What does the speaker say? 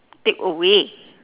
takeaway